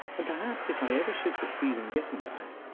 and perhaps, if i ever should succeed in getting back,